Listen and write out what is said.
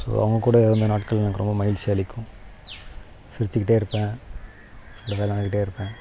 so அவங்க கூட இருந்த நாட்கள் எனக்கு ரொம்ப மகிழ்ச்சி அளிக்கும் சிரிச்சுக்கிட்டே இருப்பேன் இருப்பேன்